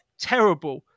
terrible